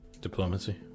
Diplomacy